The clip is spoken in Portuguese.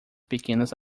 pequenas